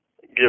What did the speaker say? Give